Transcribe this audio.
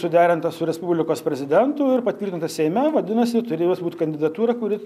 suderintas su respublikos prezidentu ir patvirtintas seime vadinasi turi būt kandidatūra kuri